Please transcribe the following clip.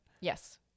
Yes